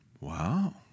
Wow